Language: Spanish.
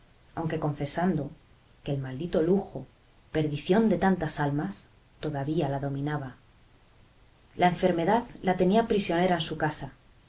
aunque confesando que el maldito lujo perdición de tantas almas todavía la dominaba la enfermedad la tenía prisionera en su casa